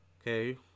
okay